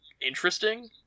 interesting